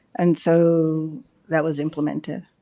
and so that was implemented.